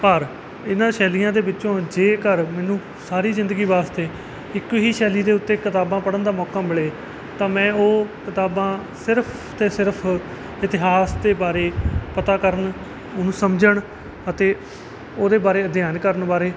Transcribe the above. ਪਰ ਇਹਨਾਂ ਸ਼ੈਲੀਆਂ ਦੇ ਵਿੱਚੋਂ ਜੇਕਰ ਮੈਨੂੰ ਸਾਰੀ ਜ਼ਿੰਦਗੀ ਵਾਸਤੇ ਇੱਕ ਹੀ ਸ਼ੈਲੀ ਦੇ ਉੱਤੇ ਕਿਤਾਬਾਂ ਪੜ੍ਹਨ ਦਾ ਮੌਕਾ ਮਿਲੇ ਤਾਂ ਮੈਂ ਉਹ ਕਿਤਾਬਾਂ ਸਿਰਫ ਤੇ ਸਿਰਫ ਇਤਿਹਾਸ ਦੇ ਬਾਰੇ ਪਤਾ ਕਰਨ ਉਹਨੂੰ ਸਮਝਣ ਅਤੇ ਉਹਦੇ ਬਾਰੇ ਅਧਿਐਨ ਕਰਨ ਬਾਰੇ